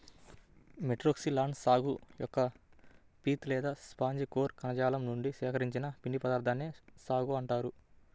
Metroxylon సాగు యొక్క pith లేదా స్పాంజి కోర్ కణజాలం నుండి సేకరించిన పిండి పదార్థాన్నే సాగో అంటారు